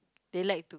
they like